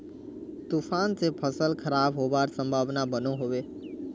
तूफान से फसल खराब होबार संभावना बनो होबे?